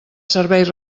serveis